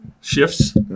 Shifts